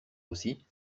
aussi